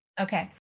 Okay